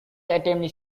attempt